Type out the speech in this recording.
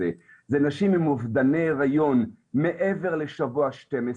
ואלו נשים עם אובדני היריון מעבר לשבוע 12,